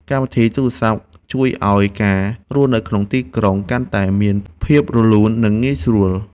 កម្មវិធីទូរសព្ទ ជួយឱ្យការរស់នៅក្នុងទីក្រុងកាន់តែមានភាពរលូន និងងាយស្រួល។